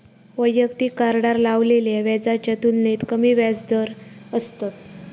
वैयक्तिक कार्डार लावलेल्या व्याजाच्या तुलनेत कमी व्याजदर असतत